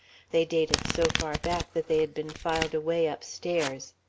they dated so far back that they had been filed away upstairs.